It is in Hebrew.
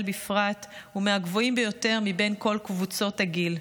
בפרט הוא מהגבוהים ביותר מבין כל קבוצות הגיל,